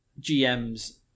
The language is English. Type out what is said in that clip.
GMs